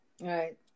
Right